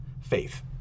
faith